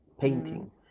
painting